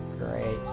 Great